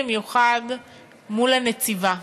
במיוחד מול הנציבה,